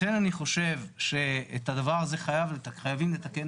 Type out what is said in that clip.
לכן אני חושב שאת הדבר הזה חייבים לתקן.